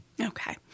Okay